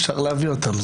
אפשר להביא אותם.